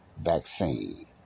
vaccine